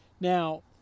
Now